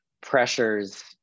pressures